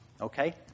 Okay